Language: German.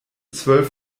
zwölf